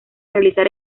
realizar